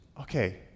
Okay